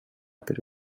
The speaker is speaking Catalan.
per